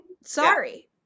sorry